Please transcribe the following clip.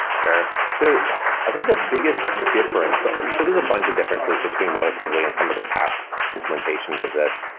sure. so i think the biggest difference so there's a bunch of differences between web assembly and some of the past implementations of this,